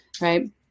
right